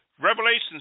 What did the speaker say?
Revelations